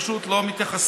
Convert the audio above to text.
פשוט לא מתייחסים.